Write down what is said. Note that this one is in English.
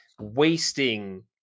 wasting